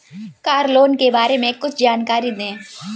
Car loan के बारे में कुछ जानकारी दें?